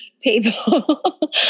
people